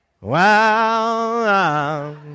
Wow